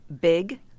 big